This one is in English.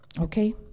Okay